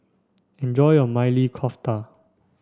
enjoy your Maili Kofta